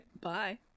Bye